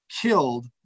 killed